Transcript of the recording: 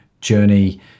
journey